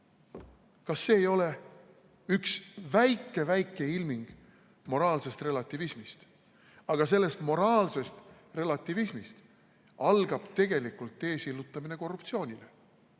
Kas see ei ole üks väike-väike ilming moraalsest relativismist? Aga sellest moraalsest relativismist algab tegelikult tee sillutamine korruptsioonile,